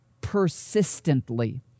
persistently